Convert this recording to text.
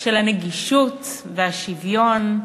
של הנגישות והשוויון,